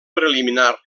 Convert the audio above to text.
preliminar